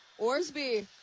Orsby